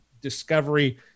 Discovery